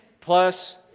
plus